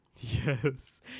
yes